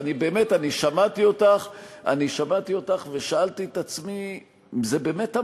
ואני באמת שמעתי אותך ושאלתי את עצמי אם זה באמת,